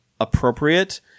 appropriate